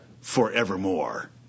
forevermore